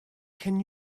can